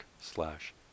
slash